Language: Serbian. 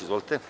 Izvolite.